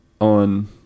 on